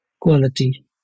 quality